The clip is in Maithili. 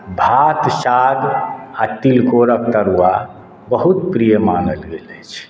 भात साग आ तिलकोरक तरुआ बहुत प्रिय मानल गेल अछि